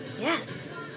Yes